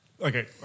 Okay